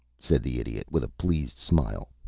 said the idiot, with a pleased smile.